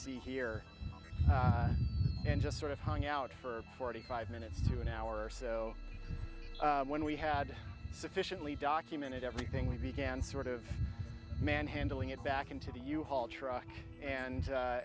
see here and just sort of hung out for forty five minutes to an hour or so when we had sufficiently documented everything we began sort of man handling it back into the u haul truck and